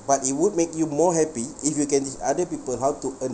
but it would make you more happy if you can teach other people how to earn